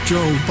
Joe